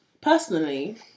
Personally